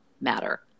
matter